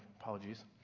Apologies